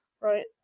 Right